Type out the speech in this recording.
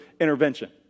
intervention